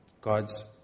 God's